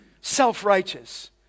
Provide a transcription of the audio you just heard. self-righteous